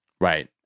Right